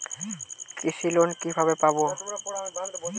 কৃষি লোন কিভাবে পাব?